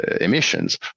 emissions